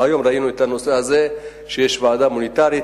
והיום ראינו את הנושא הזה, שיש ועדה מוניטרית